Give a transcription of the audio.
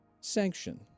sanction